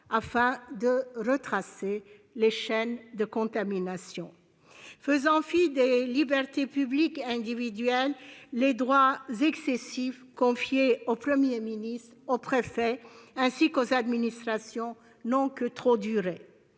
afin de retracer les chaînes de contamination. Faisant fi des libertés publiques et individuelles, les droits excessifs confiés au Premier ministre, aux préfets ainsi qu'aux administrations n'ont que trop duré.